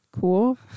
cool